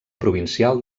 provincial